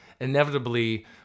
inevitably